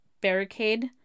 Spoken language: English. barricade